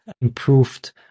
improved